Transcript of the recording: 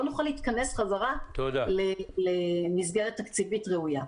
לא נוכל להתכנס חזרה למסגרת תקציבית ראויה.